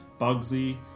bugsy